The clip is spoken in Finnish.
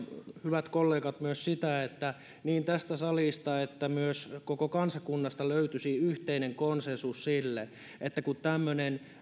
hyvät kollegat myös sitä että niin tästä salista kuin myös koko kansakunnasta löytyisi yhteinen konsensus sitä että kun on tämmöinen